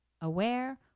aware